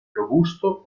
robusto